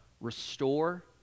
restore